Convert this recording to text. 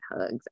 hugs